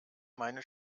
meine